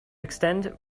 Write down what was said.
extend